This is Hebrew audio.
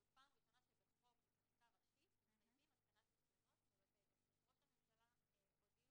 זו פעם ראשונה שבחקיקה ראשית מחייבים התקנת מצלמות בבתי עסק.